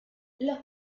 los